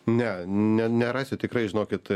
ne ne nerasiu tikrai žinokit